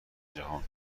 جهان